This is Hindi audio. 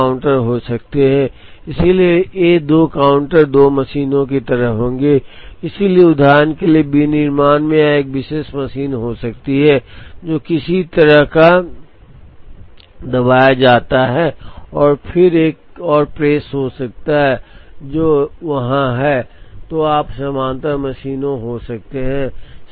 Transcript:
तो 2 काउंटर हो सकते हैं इसलिए ये 2 काउंटर 2 मशीनों की तरह होंगे इसलिए उदाहरण के लिए विनिर्माण में यह एक विशेष मशीन हो सकती है जो किसी तरह का दबाया जाता है और फिर एक और प्रेस हो सकता है जो वहां है तो आप समानांतर मशीनों हो सकता है